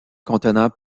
contenant